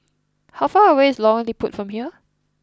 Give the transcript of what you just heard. how far away is Lorong Liput from here